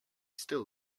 still